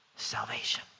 salvation